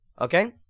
okay